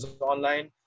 online